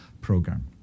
program